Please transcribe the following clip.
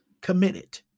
committed